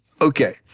Okay